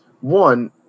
One